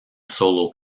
solo